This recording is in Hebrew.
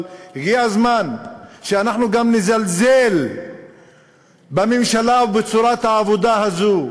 אבל הגיע הזמן שאנחנו גם נזלזל בממשלה ובצורת העבודה הזאת,